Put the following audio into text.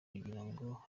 kugirango